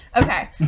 Okay